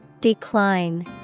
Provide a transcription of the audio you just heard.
Decline